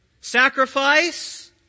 Sacrifice